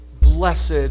blessed